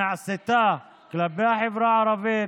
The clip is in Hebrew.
שנעשתה כלפי החברה הערבית,